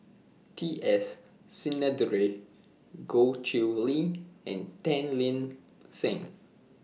T S Sinnathuray Goh Chiew Lye and Tan Lip Seng